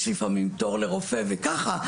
יש לפעמים תור לרופא וככה,